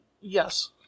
yes